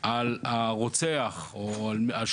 אז יש